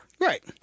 Right